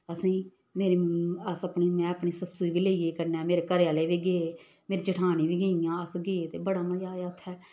असेंगी मेरी अस अपनी में अपनी सस्सू बी लेई गेई कन्नै मेरे घरे आह्ले बी गे मेरी जठानी बी गेइयां अस गे ते बड़ा मजा आया उत्थै